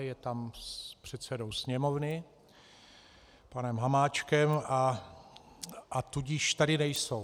Je tam s předsedou sněmovny panem Hamáčkem, a tudíž tady nejsou.